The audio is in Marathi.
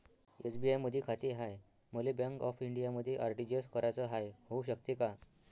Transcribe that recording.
एस.बी.आय मधी खाते हाय, मले बँक ऑफ इंडियामध्ये आर.टी.जी.एस कराच हाय, होऊ शकते का?